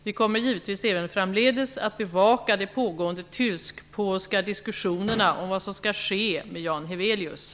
Vi kommer givetvis även framdeles att bevaka de pågående tysk-polska diskussionerna om vad som skall ske med Jan Heweliusz.